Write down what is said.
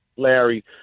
Larry